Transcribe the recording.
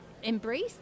Embrace